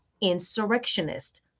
insurrectionist